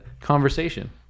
conversation